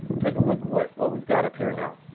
take a look what what we've got up here now.